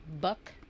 Buck